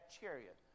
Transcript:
chariot